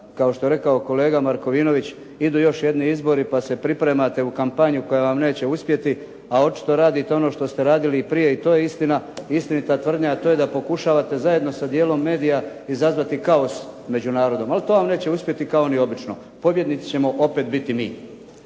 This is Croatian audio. kao što je rekao kolega Markovinović idu još jedni izbori pa se pripremate u kampanju koja vam neće uspjeti, a očito radite to što ste radili i prije i to je istina. Istinita tvrdnja je to da pokušavate zajedno sa dijelom medija izazvati kaos među narodom. Ali to vam neće uspjeti kao ni obično. Pobjednici ćemo opet biti mi.